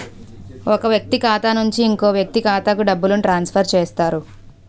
ఒక వ్యక్తి ఖాతా నుంచి ఇంకో వ్యక్తి ఖాతాకు డబ్బులను ట్రాన్స్ఫర్ చేస్తారు